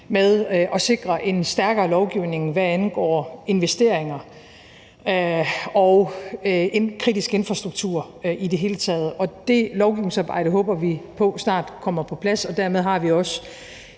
med at sikre en stærkere lovgivning, hvad angår investeringer – og kritisk infrastruktur i det hele taget. Og det lovgivningsarbejde håber vi på snart kommer på plads, og dermed har vi også